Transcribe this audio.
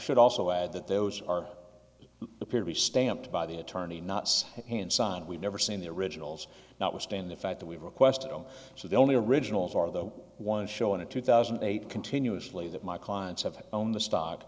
should also add that those are appear to be stamped by the attorney knots and signed we've never seen the originals not withstand the fact that we've requested oh so the only originals are the one shown in two thousand and eight continuously that my clients have own the stock